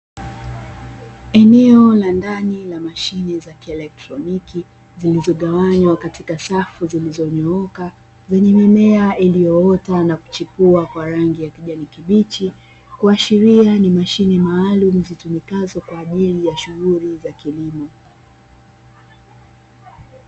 Eneno la ndani la mashine za kielektroniki zilizogawanywa katika safu zilizonyooka, zenye mimea iliyoota na kuchipua kwa rangi ya kijani kibichi, kuashiria ni mashine maalumu zitumikazo kwa shughuli za kilimo.